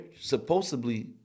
supposedly